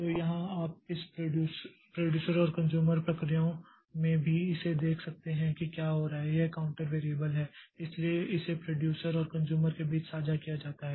तो यहाँ आप इस प्रोड्यूसर और कन्ज़्यूमर प्रक्रियाओं में भी इसे देख सकते हैं कि क्या हो रहा है यह काउंटर वैरिएबल है इसलिए इसे प्रोड्यूसर और कन्ज़्यूमर के बीच साझा किया जाता है